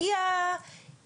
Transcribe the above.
היא השחקן המרכזי.